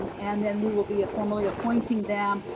and then we will be formally appointing them,